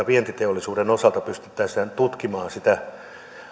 vientiteollisuuden osalta pystyttäisiin tutkimaan sitä